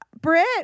Brit